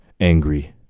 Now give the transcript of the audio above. angry